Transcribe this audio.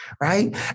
right